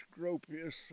Gropius